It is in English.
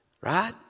Right